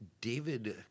David